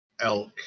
elk